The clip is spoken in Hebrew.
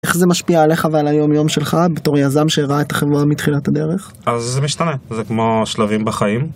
איך זה משפיע עליך ועל היום-יום שלך בתור יזם שראה את החברה מתחילת הדרך? אז זה משתנה, זה כמו שלבים בחיים.